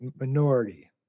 minority